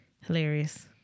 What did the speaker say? Hilarious